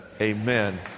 amen